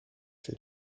für